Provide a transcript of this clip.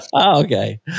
Okay